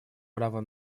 право